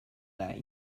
that